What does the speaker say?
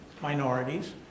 minorities